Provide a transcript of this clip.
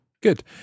Good